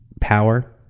power